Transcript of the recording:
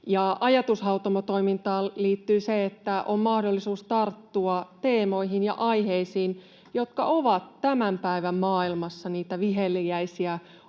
Ajatushautomotoimintaan liittyy se, että on mahdollisuus tarttua teemoihin ja aiheisiin, jotka ovat tämän päivän maailmassa niitä viheliäisiä